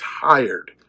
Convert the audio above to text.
tired